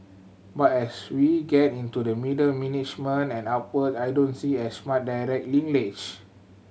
but as we get into the middle management and upward I don't see as much direct linkage